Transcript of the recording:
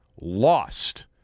Lost